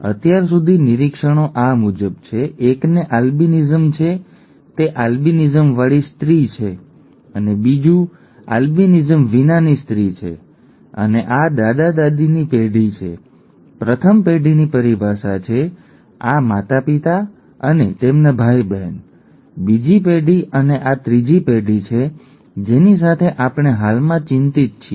અત્યાર સુધી નિરીક્ષણો આ મુજબ છે એકને આલ્બિનિઝમ છે તે આલ્બિનિઝમવાળી સ્ત્રી છે અને બીજી એલ્બિનિઝમ વિનાની સ્ત્રી છે અને આ દાદા દાદીની પેઢી છે પ્રથમ પેઢીની પરિભાષા છે આ માતાપિતા અને તેમના ભાઈ બહેન છે ઠીક છે બીજી પેઢી અને આ ત્રીજી પેઢી છે જેની સાથે આપણે હાલમાં ચિંતિત છીએ